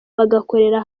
bagakorera